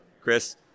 Chris